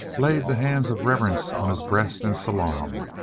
laid the hands of reverence on his breast and salaamed.